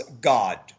God